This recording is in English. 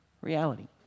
reality